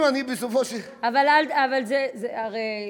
אבל הרי